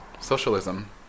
socialism